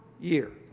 year